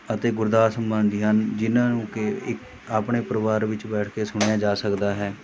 ਅਤੇ ਗੁਰਦਾਸ ਮਾਨ ਜੀ ਹਨ ਜਿਹਨਾਂ ਨੂੰ ਕਿ ਇ ਆਪਣੇ ਪਰਿਵਾਰ ਵਿੱਚ ਬੈਠ ਕੇ ਸੁਣਿਆ ਜਾ ਸਕਦਾ ਹੈ